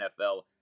NFL